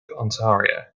ontario